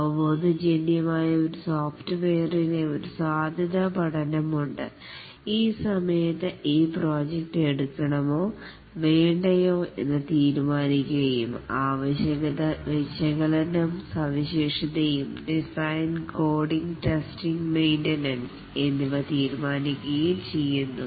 അവബോധ ജന്യമായ ഓരോ സോഫ്റ്റ്വെയറിന് ഒരു സാധ്യത പഠനം ഉണ്ട് ഈ സമയത്ത് ഈ പ്രോജക്ട് എടുക്കണമോ വേണ്ടയോ എന്ന് തീരുമാനിക്കുകയും ആവശ്യകത വിശകലനവും സവിശേഷതയും ഡിസൈൻ കോഡിങ് ടെസ്റ്റിംഗ് മെയിൻറനൻസ് എന്നിവ തീരുമാനിക്കുകയും ചെയ്യുന്നു